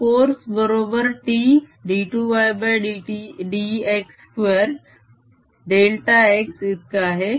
हा फोर्स बरोबर T d2ydx2 delta x इतका आहे